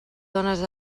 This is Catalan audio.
dones